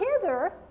hither